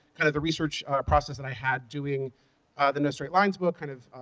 kind of the research process that i had doing ah the no straight lines book, kind of